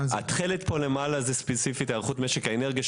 התכלת למעלה זאת היערכות משק האנרגיה,